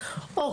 טוב.